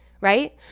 right